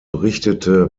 richtete